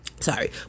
sorry